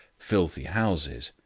filthy houses,